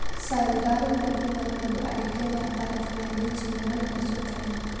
ಸಾವಿರಾರು ಕುಟುಂಬಗಳು ಅಡಿಕೆ ವ್ಯಾಪಾರದ ಮ್ಯಾಲ್ ಜಿವ್ನಾ ನಡಸುತ್ತವೆ